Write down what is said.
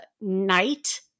night